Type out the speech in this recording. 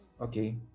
Okay